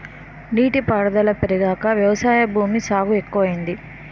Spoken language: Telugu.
నీటి పారుదుల పెరిగాక వ్యవసాయ భూమి సాగు ఎక్కువయింది